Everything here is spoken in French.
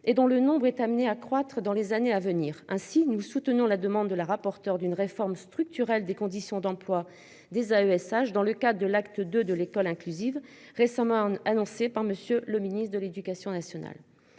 et dont le nombre est amené à croître dans les années à venir. Ainsi, nous soutenons la demande de la rapporteur d'une réforme structurelle des conditions d'emploi des AESH dans le cas de l'acte de de l'école inclusive récemment annoncé par Monsieur le Ministre de l'Éducation nationale,